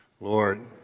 Lord